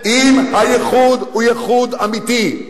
אם הייחוד הוא אמיתי,